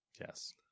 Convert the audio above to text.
Yes